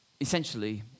essentially